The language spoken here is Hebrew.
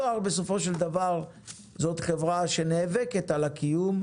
בסופו של דבר הדואר זה חברה שנאבקת על הקיום.